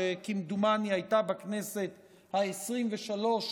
שכמדומני הייתה בכנסת העשרים-ושלוש,